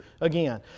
again